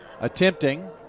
attempting